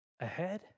ahead